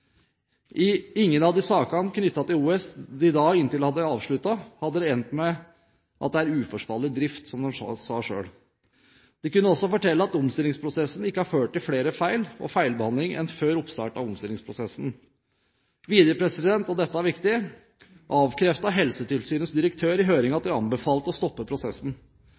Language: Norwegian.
Ingen av sakene knyttet til OUS, som de til da hadde avsluttet, hadde endt med at det – som de sa selv – var uforsvarlig drift. De kunne også fortelle at omstillingsprosessen ikke har ført til flere feil og mer feilbehandling enn før oppstart av omstillingsprosessen. Videre – og dette er viktig – avkreftet Helsetilsynets direktør i høringen at de anbefalte å stoppe prosessen.